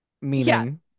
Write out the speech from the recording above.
meaning